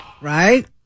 Right